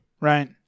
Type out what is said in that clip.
Right